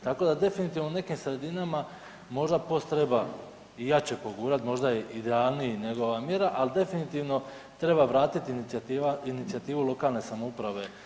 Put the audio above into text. Tako da definitivno u nekim sredinama možda POS treba i jače pogurati, možda je idealniji nego ova mjera, ali definitivno treba vratiti inicijativu lokalne samouprave vezano za